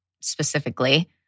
specifically